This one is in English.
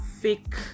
fake